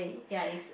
ya is